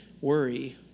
worry